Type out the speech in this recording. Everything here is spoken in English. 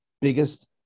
biggest